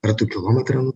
ar tu kilometrą nu